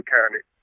County